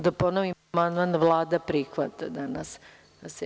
Da ponovim, amandman Vlada prihvata danas na sednici.